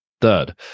Third